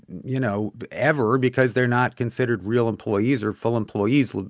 you know, ever because they're not considered real employees or full employees.